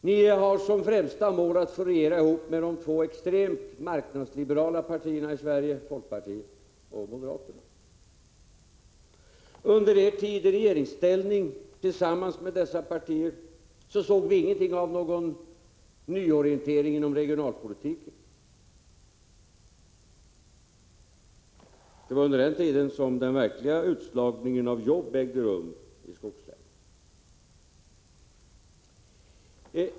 Ni har som främsta mål att få regera ihop med de två extremt marknadsliberala partierna i Sverige: folkpartiet och moderaterna. Men under er tid i regeringsställning tillsammans med dessa partier såg vi ingenting av någon nyorientering inom regionalpolitiken. Det var under den tiden som den verkliga utslagningen av jobb ägde rum i skogslänen.